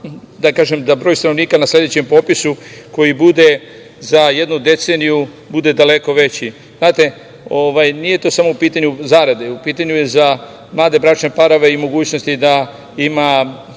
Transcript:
moguće da broj stanovnika na sledećem popisu koji bude za jednu deceniju, bude daleko veći. Znate, nije samo u putanju zarada, u pitanju je za mlade bračne parove i mogućnost da ima